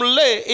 lay